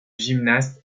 gymnaste